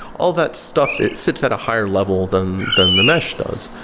all that stuff, it sits at a higher level than than the mesh does.